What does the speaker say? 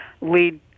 lead